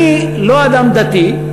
אני לא אדם דתי,